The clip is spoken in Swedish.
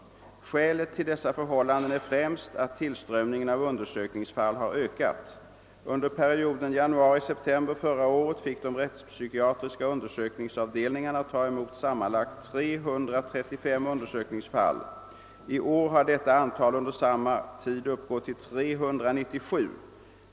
Skälet till dessa förhållanden är främst att tillströmningen av undersökningsfall har ökat. Under perioden januari—september förra året fick de rättspsykiatriska undersökningsavdelningarna ta emot sammanlagt 335 undersökningsfall. I år har detta antal under samma tid uppgått till 397.